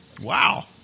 Wow